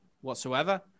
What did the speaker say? whatsoever